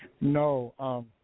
No